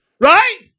right